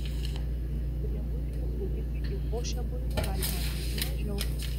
riebuiliui kūdikiui į košę bulvių galima dėti mažiau